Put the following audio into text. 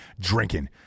drinking